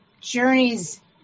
journeys